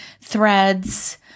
Threads